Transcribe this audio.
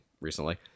recently